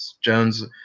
Jones